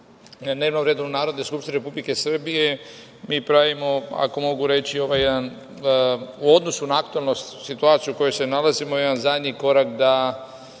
redu Narodne skupštine Republike Srbije, mi pravimo, ako mogu reći, ovaj jedan, u odnosu na aktuelnu situaciju u kojoj se nalazimo, jedan zadnji korak da